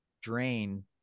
drain